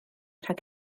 rhag